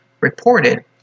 reported